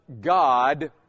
God